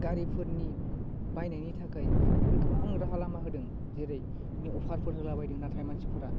गारिफोदनि बायनाइनि थाखाय गोबां राहा लामा होदों जेरै बिदिनो अफारफोर होला बायदों नाथाय मानसिफ्रा